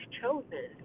chosen